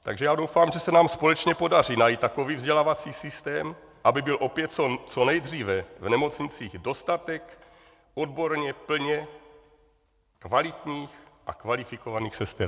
Takže já doufám, že se nám společně podaří najít takový vzdělávací systém, aby byl opět co nejdříve v nemocnicích dostatek odborně plně kvalitních a kvalifikovaných sester.